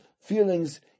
feelings